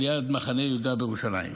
ליד מחנה יהודה בירושלים.